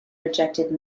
rejected